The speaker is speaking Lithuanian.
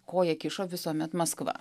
koją kišo visuomet maskva